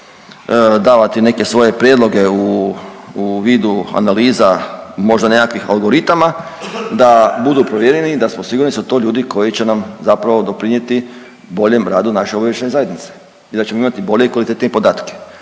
će davati neke svoje prijedloge u vidu analiza, možda nekakvih algoritama da budu provjereni, da smo sigurni da su to ljudi koji će nam zapravo doprinijeti boljem radu naše obavještajne zajednice i da ćemo imati bolje i kvalitetnije podatke.